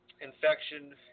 infection